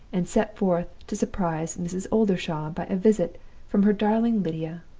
and set forth to surprise mrs. oldershaw by a visit from her darling lydia!